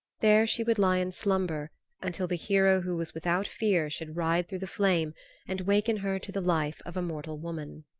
there she would lie in slumber until the hero who was without fear should ride through the flame and waken her to the life of a mortal woman.